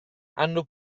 hanno